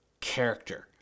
character